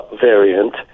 variant